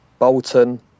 Bolton